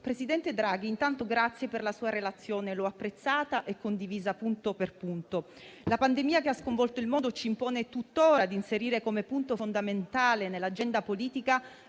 presidente Draghi, la ringrazio anzitutto per la sua relazione, che ho apprezzato e condiviso punto per punto. La pandemia che ha sconvolto il mondo ci impone tutt'ora di inserire come punto fondamentale nell'agenda politica